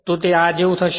તો તે આ જેવું થશે